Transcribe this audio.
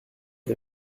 est